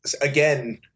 again